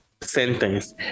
sentence